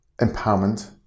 empowerment